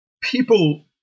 people